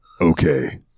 okay